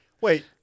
Wait